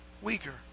Weaker